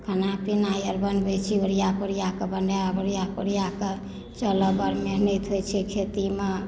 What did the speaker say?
खाना पीना आर बनबै छी ओरिया पोरिया कऽ बनायब ओरिया पोरिया कऽ चलऽ बड़ मेहनति होइ छै खेती मे